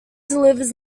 delivers